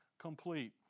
complete